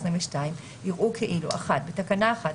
2022) יראו זמני כאילו (1) בתקנה 1,